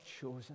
chosen